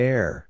Air